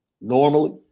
normally